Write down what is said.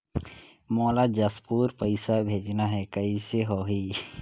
मोला जशपुर पइसा भेजना हैं, कइसे होही?